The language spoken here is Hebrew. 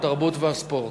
התרבות והספורט.